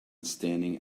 standing